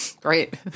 Great